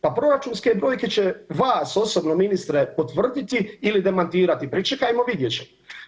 Pa proračunske brojke će vas osobno ministre potvrditi ili demantirati, pričekajmo, vidjet ćemo.